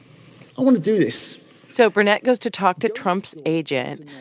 want to do this so burnett goes to talk to trump's agent,